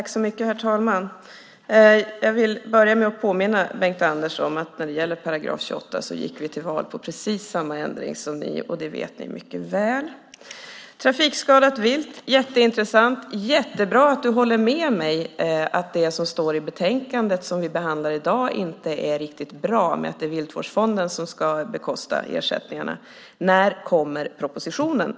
Herr talman! Jag vill börja med att påminna Bengt-Anders Johansson om att när det gäller § 28 gick vi till val på precis samma ändring som ni, och det vet ni mycket väl. Trafikskadat vilt - jätteintressant! Jättebra att du håller med mig om att det som står i betänkandet och som vi behandlar i dag inte är riktigt bra, att det är Viltvårdsfonden som ska bekosta ersättningarna. Jag undrar: När kommer propositionen?